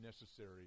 necessary